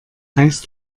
heißt